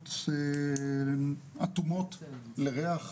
בחבילות אטומות לריח,